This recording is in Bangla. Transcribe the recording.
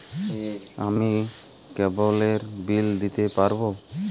আমি কেবলের বিল দিতে পারবো?